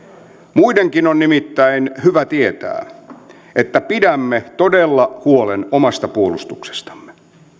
muidenkin on nimittäin hyvä tietää että pidämme todella huolen omasta puolustuksestamme